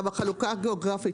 זה גם החלוקה הגאוגרפית,